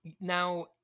Now